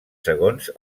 segons